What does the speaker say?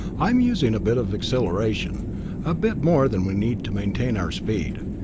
i am using a bit of acceleration a bit more than we need to maintain our speed.